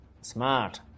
smart